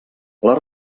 les